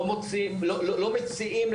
לא מציעים,